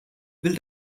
will